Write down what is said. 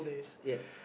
yes